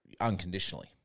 unconditionally